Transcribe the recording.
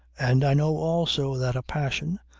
and i know also that a passion,